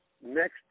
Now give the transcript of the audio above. next